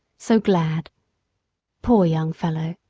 so glad poor young fellow!